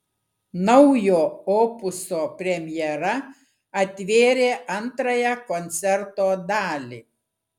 naujo opuso premjera atvėrė antrąją koncerto dalį